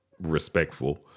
respectful